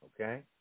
Okay